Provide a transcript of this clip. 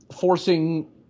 forcing